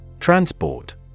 Transport